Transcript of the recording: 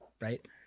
right